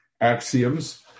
axioms